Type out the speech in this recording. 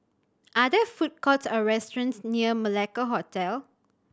are there food courts or restaurants near Malacca Hotel